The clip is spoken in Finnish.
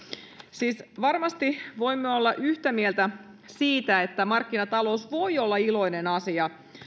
siis varmasti voimme olla yhtä mieltä siitä että markkinatalous voi olla iloinen asia